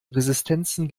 resistenzen